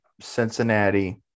Cincinnati